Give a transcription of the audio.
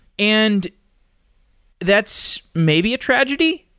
and that's maybe a tragedy,